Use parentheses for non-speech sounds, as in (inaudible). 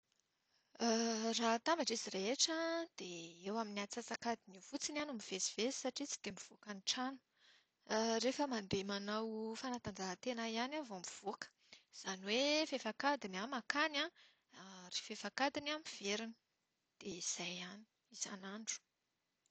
(hesitation) Raha atambatra izy rehetra dia eo amin'ny antsasak'adiny eo fotsiny aho no mivezivezy satria tsy dia mivoaka ny trano. (hesitation) Rehefa mandeha manao fanatanjahan-tena ihany aho vao mivoaka. Izany hoe fefak'adiny mankany an, (hesitation) ary fefak'adiny miverina. Dia izay ihany isan'andro.